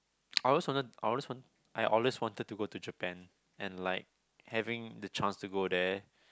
I always wanted I always want I always wanted to go to Japan and like having the chance to go there